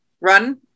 run